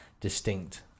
distinct